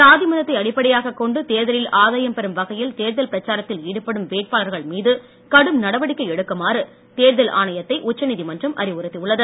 சாதி மதத்தை அடிப்படையாகக் கொண்டு தேர்தலில் ஆதாயம் பெறும் வகையில் தேர்தல் பிரச்சாரத்தில் ஈடுபடும் வேட்பாளர்கள் மீது கடும் நடவடிக்கை எடுக்குமாறு தேர்தல் ஆணையத்தை உச்ச நீதிமன்றம் அறிவுறுத்தியுள்ளது